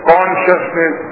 Consciousness